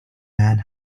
man